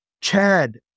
Chad